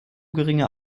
geringe